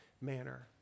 manner